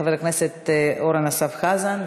חבר הכנסת אורן אסף חזן,